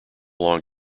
long